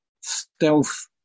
stealth